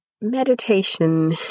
Meditation